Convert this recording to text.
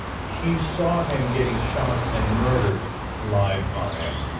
she saw him getting shot and murdered live on air.